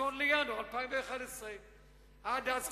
ב-1 בינואר 2011. עד אז,